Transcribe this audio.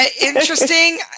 Interesting